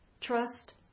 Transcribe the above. trust